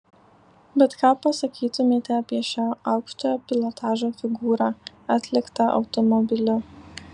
bet ką pasakytumėte apie šią aukštojo pilotažo figūrą atliktą automobiliu